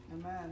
Amen